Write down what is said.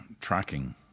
tracking